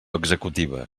executiva